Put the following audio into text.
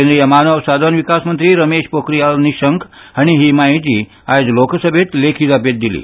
केंद्रीय मानव साधन विकास मंत्री रमेश पोखरियाल निशंक हांणी ही म्हायती आयज लोकसभेंत लेखी जापेंत दिली